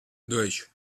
dois